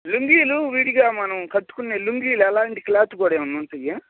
లుంగీలు విడిగా మనం కట్టుకునే లుంగీలలాంటి క్లాత్ కూడా ఏమైనా ఉన్నాయా